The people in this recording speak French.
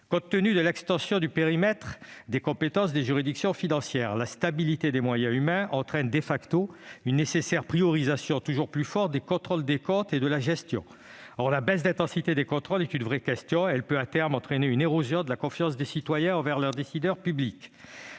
Compte tenu de l'extension du périmètre des compétences des juridictions financières, la stabilité des moyens humains entraîne une nécessaire et toujours plus forte priorisation des contrôles des comptes et de la gestion. Or la baisse d'intensité des contrôles est une vraie question qui peut, à terme, entraîner une érosion de la confiance des citoyens envers leurs décideurs publics.